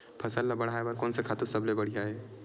फसल ला बढ़ाए बर कोन से खातु सबले बढ़िया हे?